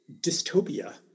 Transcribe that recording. dystopia